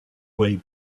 way